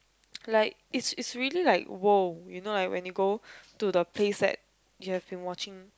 like it's it's really like !woah! you know like when you go to the place you have been watching